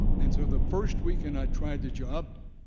and so the first weekend i tried the job,